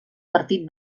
partit